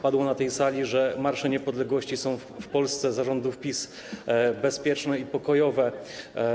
Padło na tej sali, że marsze niepodległości są w Polsce za rządów PiS bezpieczne i pokojowe.